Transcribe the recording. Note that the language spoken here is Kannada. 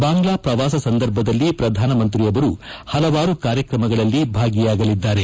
ಬಾಂಗ್ಲಾ ಪ್ರವಾಸ ಸಂದರ್ಭದಲ್ಲಿ ಪ್ರಧಾನಮಂತ್ರಿ ಅವರು ಹಲವಾರು ಕಾರ್ಯಕ್ರಮಗಳಲ್ಲಿ ಭಾಗಿಯಾಗಲಿದ್ದಾರೆ